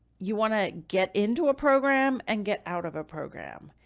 you want to get into a program and get out of a program.